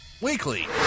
Weekly